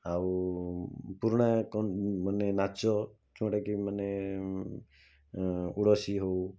ଆଉ ପୂରୁଣା କ'ଣ ମାନେ ନାଚ ଯୋଉଁଟାକି ମାନେ ଓଡ଼ିଶୀ ହଉ